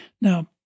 Now